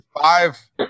five